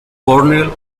cornell